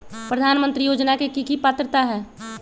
प्रधानमंत्री योजना के की की पात्रता है?